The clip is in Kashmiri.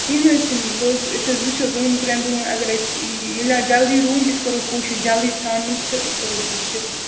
کینہہ نہ حظ چھُنہٕ بہٕ حظ أسۍ حظ وٕچھو دۄن تر۪ٛن دۄہَن اگر أسہِ مِلاو جلدی روٗم أسۍ کَرو کوٗشِش جلدی ژھانڈنٕچ تہٕ أسۍ کَرو تیٚلہِ شِفٹ